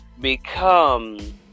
become